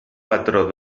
patró